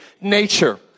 nature